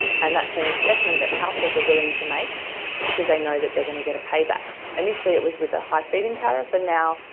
and that's an investment that households are willing to make because they know that they're going to get a payback. initially it was with the high feed-in tariff, and now,